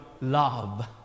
love